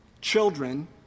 children